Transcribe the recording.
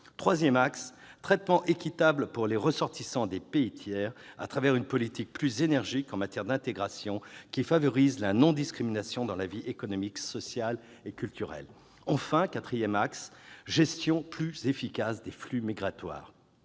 troisième axe était le traitement équitable pour les ressortissants de pays tiers à travers une politique plus énergique en matière d'intégration qui favorise la non-discrimination dans la vie économique, sociale et culturelle. Enfin, le quatrième axe était une gestion plus efficace des flux migratoires.